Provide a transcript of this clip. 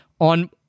On